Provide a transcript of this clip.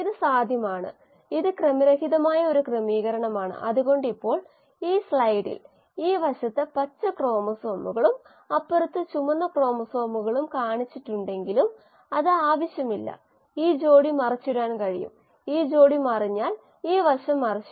അപ്പോൾ പ്രതികരണം B കൊണ്ട് പരിമിതപ്പെടുത്താൻ പോകുന്നു കാരണം A യുടെ 10 മോളാർ സാന്ദ്രത പൂർണ്ണമായും പ്രതിപ്രവർത്തിക്കാൻ 3 മുതൽ 2 വരെ 10 മോളുകളുടെ മോളാർ സാന്ദ്രത ആവശ്യമാണ് പൂർണ്ണമായും ഉപഭോഗം ചെയ്യുന്നതിന് 15 മോളാർ സാന്ദ്രത B വേണം